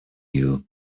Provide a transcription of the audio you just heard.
you